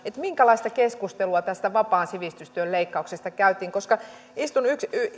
minkälaista keskustelua tästä vapaan sivistystyön leikkauksesta käytiin istun